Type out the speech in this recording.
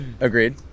Agreed